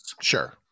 Sure